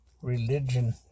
religion